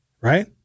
Right